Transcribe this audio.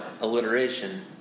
Alliteration